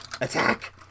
attack